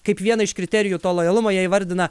kaip vieną iš kriterijų to lojalumo jie įvardina